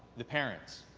the parents.